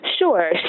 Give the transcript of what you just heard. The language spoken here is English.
Sure